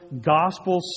gospel